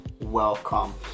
welcome